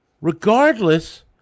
regardless